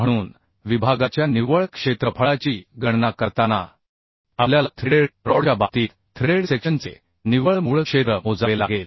म्हणून विभागाच्या निव्वळ क्षेत्रफळाची गणना करताना आपल्याला थ्रेडेड रॉडच्या बाबतीत थ्रेडेड सेक्शनचे निव्वळ मूळ क्षेत्र मोजावे लागेल